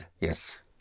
yes